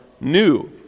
new